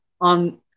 on